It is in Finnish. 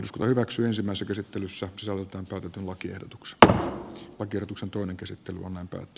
isku hyväksy ensimmäiset esittelyssä savutonta kuten lakiehdotukset oikeutuksen toinen käsittely on antanut